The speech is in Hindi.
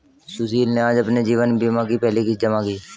सुशील ने आज अपने जीवन बीमा की पहली किश्त जमा की